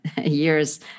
years